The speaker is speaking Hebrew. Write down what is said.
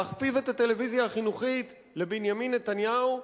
להכפיף את הטלוויזיה החינוכית לבנימין נתניהו,